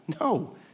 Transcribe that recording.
no